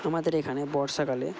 আমাদের এখানে বর্ষাকালে